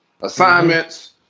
assignments